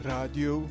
Radio